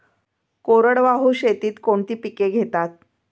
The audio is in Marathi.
कोरडवाहू शेतीत कोणती पिके घेतात?